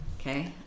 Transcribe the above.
Okay